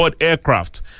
aircraft